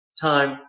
time